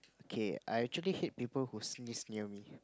okay I actually hate people who sneeze near me